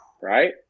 right